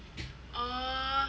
oh